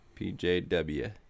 pjw